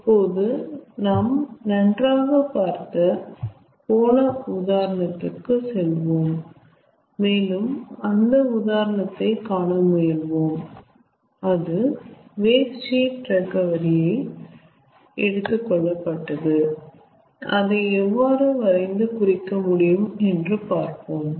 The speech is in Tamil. இப்போது நாம் நன்றாக பார்த்த போன உதாரணத்துக்கு செல்வோம் மேலும் அந்த உதாரணத்தை காண முயல்வோம் அது வேஸ்ட் ஹீட் ரெகவரி கு எடுத்து கொள்ளப்பட்டது அதை எவ்வாறு வரைந்து குறிக்கமுடியும் என்று பார்ப்போம்